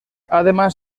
además